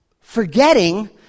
forgetting